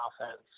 offense